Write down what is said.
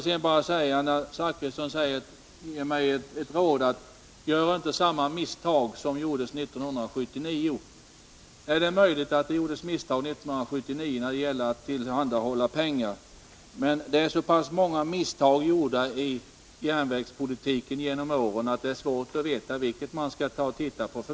Herr Zachrisson ger mig rådet att inte göra samma misstag som gjordes 1979. Ja, det är möjligt att det gjordes misstag 1979 i fråga om att tillhandahålla pengar. Men det är så pass många misstag gjorda i järnvägspolitiken genom åren att det är svårt att veta vilka man skall titta på.